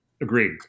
Agreed